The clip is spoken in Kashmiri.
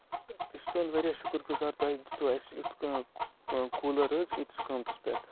أسۍ چھِ تُہُند واریاہ شُکُر گُزار تۄہہِ دِتوٗ اَسہِ یُتھ کانہہ کوٗلر حظ ییٖتِس قۭمتس پٮ۪ٹھ